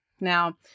Now